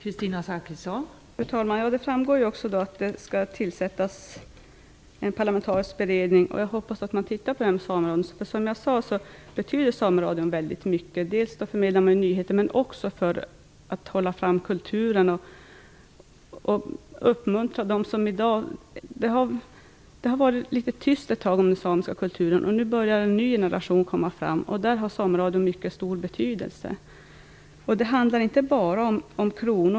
Fru talman! Ja, det framgår av svaret att en parlamentarisk beredning skall tillsättas, och jag hoppas att den skall ta upp frågan om sameradion. Som jag sagt betyder sameradion väldigt mycket, dels för att förmedla nyheter, dels för att hålla fram samisk kultur. Det har varit litet tyst ett tag omkring den samiska kulturen. Nu börjar en ny generation komma fram, och i det sammanhanget har sameradion en mycket stor betydelse. Det handlar här inte bara om pengar.